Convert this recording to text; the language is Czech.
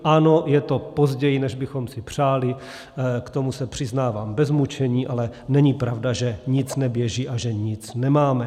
Ano, je to později, než bychom si přáli, k tomu se přiznávám bez mučení, ale není pravda, že nic neběží a že nic nemáme.